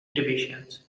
divisions